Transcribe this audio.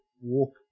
walk